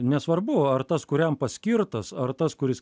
nesvarbu ar tas kuriam paskirtas ar tas kuris